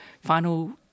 final